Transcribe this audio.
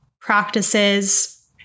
practices